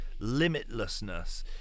Limitlessness